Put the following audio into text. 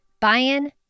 buy-in